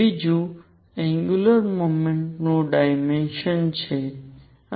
બીજું angular momentum નું dimension છે